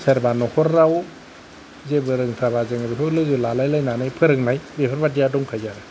सोरबा नखराव जेबो रोंथ्राबा जोङो बेखौ लोगो लालायलायनानै फोरोंनाय बेफोरबादिया दंखायो आरो